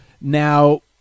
now